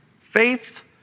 faith